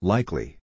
Likely